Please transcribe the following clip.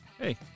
Hey